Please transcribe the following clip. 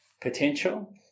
potential